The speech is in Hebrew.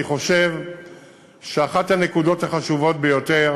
אני חושב שאחת הנקודות החשובות ביותר